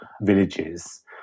villages